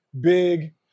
big